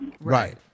Right